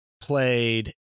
played